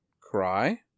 cry